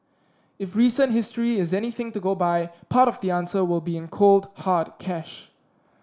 if recent history is anything to go by part of the answer will be in cold hard cash